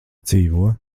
dzīvo